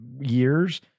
years